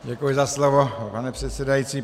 Děkuji za slovo, pane předsedající.